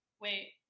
wait